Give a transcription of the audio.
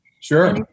Sure